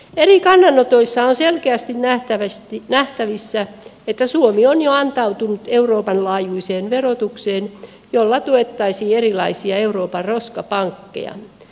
eri kannanotoissa on selkeästi nähtävissä että suomi on jo antautunut euroopan laajuiseen verotukseen jolla tuettaisiin erilaisia euroopan roskapankkeja